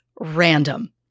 random